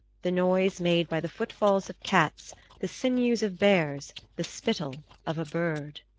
the noise made by the footfalls of cats, the sinews of bears, the spittle of a bird.